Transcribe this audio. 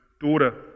daughter